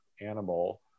animal